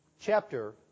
chapter